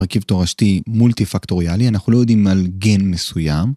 רכיב תורשתי מולטי פקטוריאלי, אנחנו לא יודעים על גן מסוים.